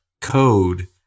code